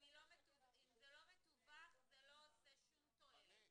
אם זה לא מתווך, זה לא עושה שום תועלת.